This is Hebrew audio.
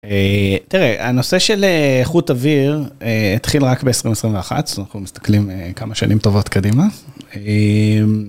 תראה, הנושא של איכות אוויר התחיל רק ב-2021, אנחנו מסתכלים כמה שנים טובות קדימה.